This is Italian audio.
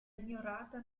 ignorata